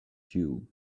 jew